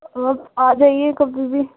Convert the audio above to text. آپ آ جائیے کبھی بھی